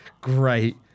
Great